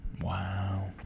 Wow